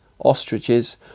Ostriches